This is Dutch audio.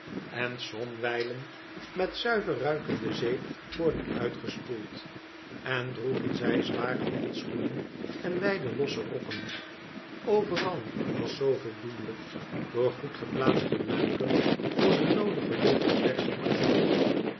en somwijlen met zuiver ruikende zeep worden uitgespoeld en droegen zij zware handschoenen en wijde losse rokken overal was zooveel doenlijk door goed geplaatste luiken voor de noodige luchtverversching gezorgd